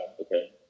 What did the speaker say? Okay